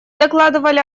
докладывали